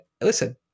listen